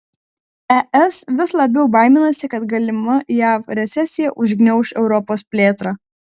es vis labiau baiminasi kad galima jav recesija užgniauš europos plėtrą